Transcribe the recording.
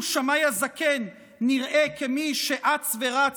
אפילו שמאי הזקן נראה כמי שאץ ורץ